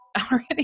already